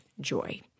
joy